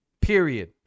Period